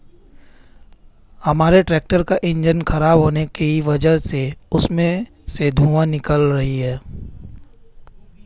हमारे ट्रैक्टर का इंजन खराब होने की वजह से उसमें से धुआँ निकल रही है